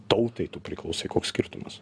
tautai tu priklausai koks skirtumas